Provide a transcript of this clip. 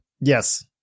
Yes